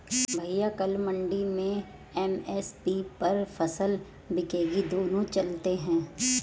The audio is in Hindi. भैया कल मंडी में एम.एस.पी पर फसल बिकेगी दोनों चलते हैं